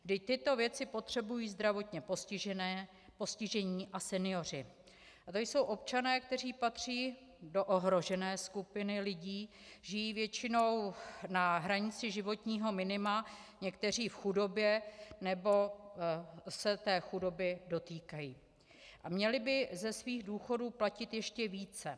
Vždyť tyto věci potřebují zdravotně postižení a senioři a to jsou občané, kteří patří do ohrožené skupiny lidí, žijí většinou na hranici životního minima, někteří v chudobě nebo se té chudoby dotýkají a měli by ze svých důchodů platit ještě více.